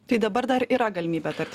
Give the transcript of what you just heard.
tai dabar dar yra galimybė kad